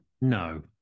No